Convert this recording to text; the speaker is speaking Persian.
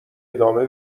ادامه